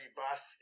bus